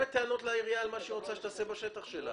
שהיא תעשה בשטח שלה?